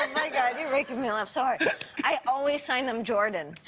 my god you're making me laugh. sort of i always signed them jordan.